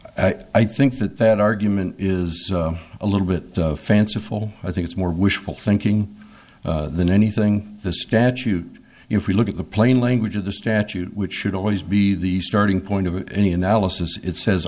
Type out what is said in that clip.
used i think that that argument is a little bit fanciful i think it's more wishful thinking than anything the statute if we look at the plain language of the statute which should always be the starting point of any analysis it says